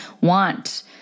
want